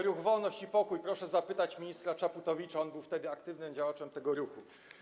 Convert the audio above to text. Ruch „Wolność i Pokój” - proszę zapytać ministra Czaputowicza, on był wtedy aktywnym działaczem tego ruchu.